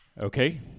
Okay